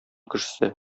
кешесе